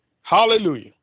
Hallelujah